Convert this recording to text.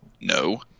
No